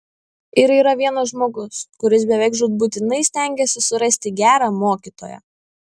ir yra vienas žmogus kuris beveik žūtbūtinai stengiasi surasti gerą mokytoją